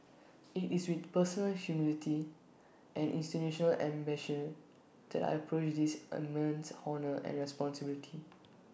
IT is with personal humility and institutional ambition that I approach this immense honour and responsibility